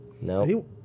No